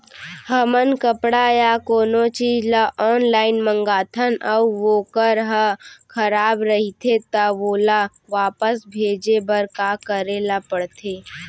हमन कपड़ा या कोनो चीज ल ऑनलाइन मँगाथन अऊ वोकर ह खराब रहिये ता ओला वापस भेजे बर का करे ल पढ़थे?